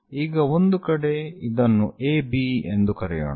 ಈಗ ಒಂದು ಕಡೆ ಇದನ್ನು AB ಎಂದು ಕರೆಯೋಣ